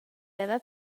veva